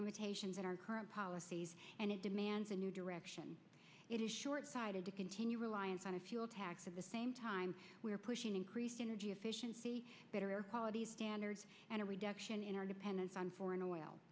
limitations in our current policies and it demands a new direction it is short sighted to continue reliance on a fuel tax of the same time we are pushing increased energy efficiency better air quality and a reduction in our dependence on foreign oil